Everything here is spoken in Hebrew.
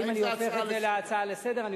אם אני הופך את זה להצעה לסדר-היום,